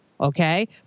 okay